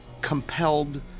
compelled